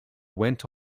went